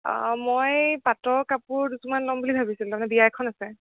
মই পাটৰ কাপোৰ দুযোৰ মান ল'ম বুলি ভাবিছিলোঁ তাৰ মানে বিয়া এখন আছে